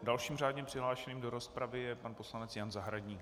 Dalším řádně přihlášeným do rozpravy je pan poslanec Jan Zahradník.